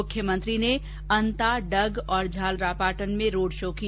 मुख्यमंत्री ने अन्ता डग और झालरापाटन में रोड़ शो किया